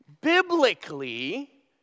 Biblically